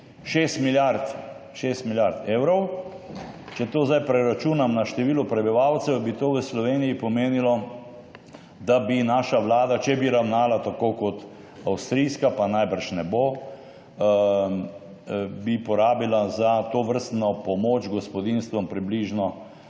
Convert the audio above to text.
6 milijard evrov. Če to zdaj preračunam na število prebivalcev, bi to v Sloveniji pomenilo, da bi naša vlada, če bi ravnala tako kot avstrijska, pa najbrž ne bo, porabila za tovrstno pomoč gospodinjstvom približno